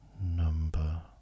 number